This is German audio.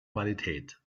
qualität